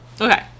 Okay